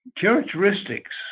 characteristics